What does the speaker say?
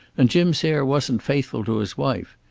and jim sayre wasn't faithful to his wife.